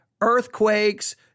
earthquakes